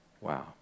Wow